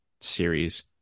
series